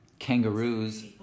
Kangaroos